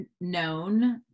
known